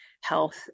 health